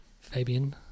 Fabian